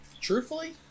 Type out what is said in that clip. Truthfully